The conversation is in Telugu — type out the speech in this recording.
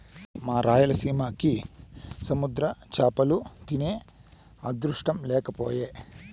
మా రాయలసీమకి సముద్ర చేపలు తినే అదృష్టం లేకపాయె